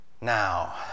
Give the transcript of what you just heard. Now